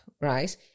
right